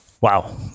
Wow